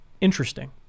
interesting